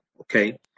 okay